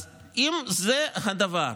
אם זה הדבר,